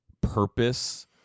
purpose